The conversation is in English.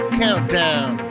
countdown